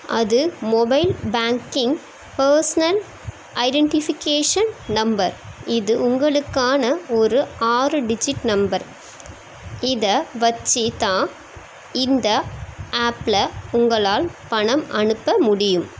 அது mobile banking personal identification number இது உங்களுக்கான ஒரு ஆறு டிஜிட் நம்பர் இதை வச்சுதான் இந்த ஆப்பில் உங்களால் பணம் அனுப்ப முடியும்